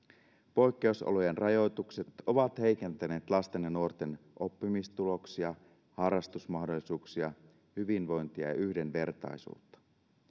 poikkeusolojen rajoitukset ovat heikentäneet lasten ja nuorten oppimistuloksia harrastusmahdollisuuksia hyvinvointia ja yhdenvertaisuutta